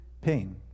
pain